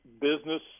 business